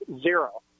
zero